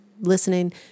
listening